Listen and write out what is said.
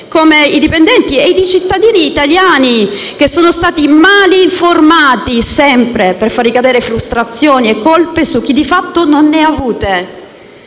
come i dipendenti e i cittadini italiani, che sono stati male informati, sempre per far ricadere le colpe su chi di fatto non ne ha avute.